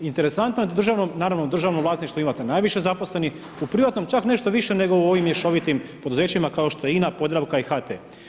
Interesantno je da, naravno u državnom vlasništvu imate najviše zaposlenih, u privatnom čak nešto više nego u ovim mješovitim poduzećima kao što je INA, Podravka i HT.